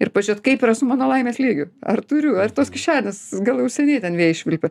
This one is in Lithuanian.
ir pažiūrėt kaip yra su mano laimės lygiu ar turiu ar tos kišenės gal jau seniai ten vėjai švilpia